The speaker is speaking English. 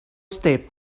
stepped